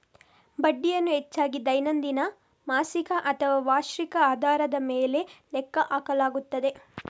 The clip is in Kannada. ಬಡ್ಡಿಯನ್ನು ಹೆಚ್ಚಾಗಿ ದೈನಂದಿನ, ಮಾಸಿಕ ಅಥವಾ ವಾರ್ಷಿಕ ಆಧಾರದ ಮೇಲೆ ಲೆಕ್ಕ ಹಾಕಲಾಗುತ್ತದೆ